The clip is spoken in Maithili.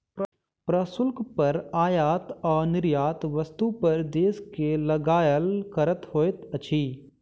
प्रशुल्क कर आयात आ निर्यात वस्तु पर देश के लगायल कर होइत अछि